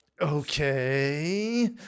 okay